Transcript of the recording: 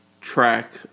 track